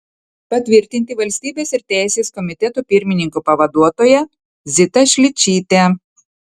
patvirtinti valstybės ir teisės komiteto pirmininko pavaduotoja zitą šličytę